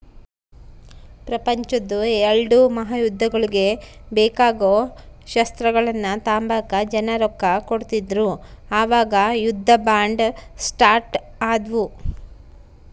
ಪ್ರಪಂಚುದ್ ಎಲ್ಡೂ ಮಹಾಯುದ್ದಗುಳ್ಗೆ ಬೇಕಾಗೋ ಶಸ್ತ್ರಗಳ್ನ ತಾಂಬಕ ಜನ ರೊಕ್ಕ ಕೊಡ್ತಿದ್ರು ಅವಾಗ ಯುದ್ಧ ಬಾಂಡ್ ಸ್ಟಾರ್ಟ್ ಆದ್ವು